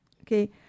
Okay